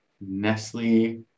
Nestle